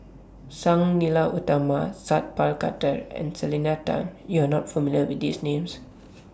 Sang Nila Utama Sat Pal Khattar and Selena Tan YOU Are not familiar with These Names